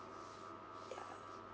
yeah